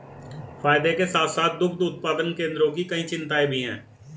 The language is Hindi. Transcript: फायदे के साथ साथ दुग्ध उत्पादन केंद्रों की कई चिंताएं भी हैं